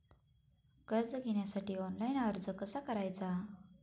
कर्ज घेण्यासाठी ऑनलाइन अर्ज कसा करायचा?